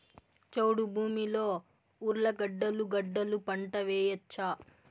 చౌడు భూమిలో ఉర్లగడ్డలు గడ్డలు పంట వేయచ్చా?